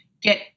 get